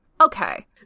okay